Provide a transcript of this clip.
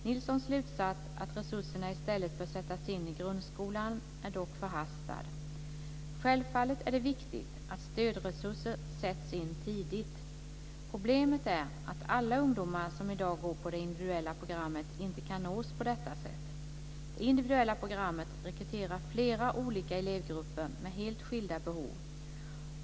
Nilssons slutsats att resurserna i stället bör sättas in i grundskolan är dock förhastad. Självfallet är det viktigt att stödresurser sätts in tidigt. Problemet är att alla ungdomar som i dag går på det individuella programmet inte kan nås på detta sätt. Det individuella programmet rekryterar flera olika elevgrupper med helt skilda behov.